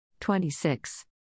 26